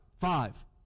Five